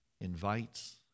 invites